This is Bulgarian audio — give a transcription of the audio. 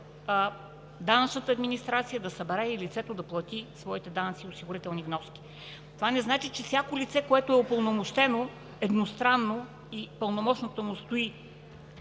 данъчната администрация да събере и лицето да плати своите данъци и осигурителни вноски. Това не значи, че всяко лице, което е упълномощено едностранно и пълномощното му стои